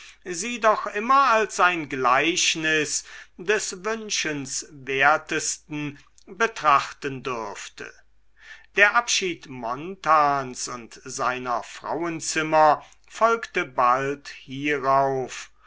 sie doch immer als ein gleichnis des wünschenswertesten betrachten dürfte der abschied montans und seiner frauenzimmer folgte bald hierauf